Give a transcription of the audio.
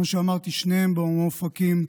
שניהם מאופקים,